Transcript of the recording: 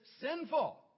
sinful